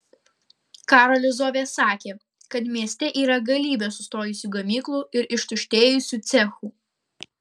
karolis zovė sakė kad mieste yra galybė sustojusių gamyklų ir ištuštėjusių cechų